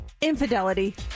infidelity